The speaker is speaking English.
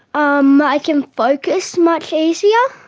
um i can focus much easier.